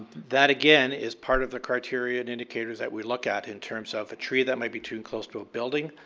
that, again, is part of the criteria and indicators that we look at in terms of a tree that might be too close to building,